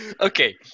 okay